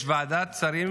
יש ועדת שרים